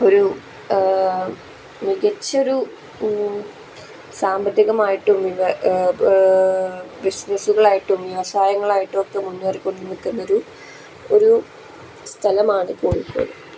ഒരു മികച്ചൊരു സാമ്പത്തികമായിട്ടും ബിസിനസ്സുകളായിട്ടും വ്യവസായങ്ങളായിട്ടും ഒക്കെ മുന്നേറിക്കൊണ്ട് നിൽക്കുന്ന ഒരു ഒരു സ്ഥലമാണ് കോഴിക്കോട്